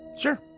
Sure